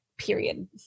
Period